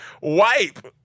Wipe